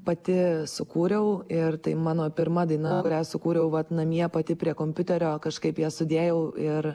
pati sukūriau ir tai mano pirma daina kurią sukūriau vat namie pati prie kompiuterio kažkaip ją sudėjau ir